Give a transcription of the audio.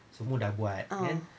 ah